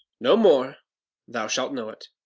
no more thou shalt know it.